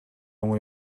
оңой